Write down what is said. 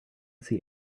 see